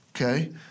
okay